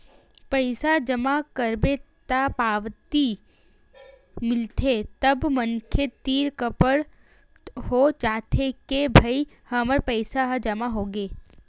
पइसा जमा करबे त पावती मिलथे तब मनखे तीर पकड़ हो जाथे के भई हमर पइसा ह जमा होगे